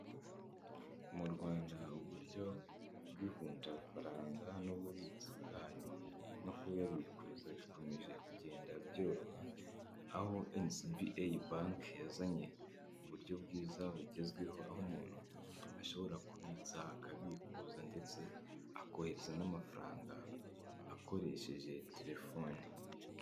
Mu Rwanda uburyo bw'ivunja faranga n'ububitsi bwayo no kuyabikuza bikomeje kugenda byoroha aho banki yazanye uburyo bwiza bugezweho aho umuntu ashobora kubitsa akabikuza ndetse akohereza n'amafaranga akoresheje terefoni.